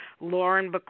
Lauren